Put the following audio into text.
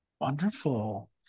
Wonderful